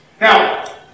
Now